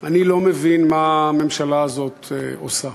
אני לא מבין מה הממשלה הזאת עושה.